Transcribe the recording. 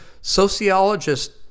Sociologist